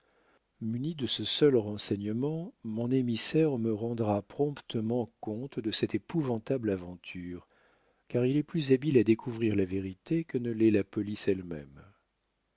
muni de ce seul renseignement mon émissaire me rendra promptement compte de cette épouvantable aventure car il est plus habile à découvrir la vérité que ne l'est la police elle-même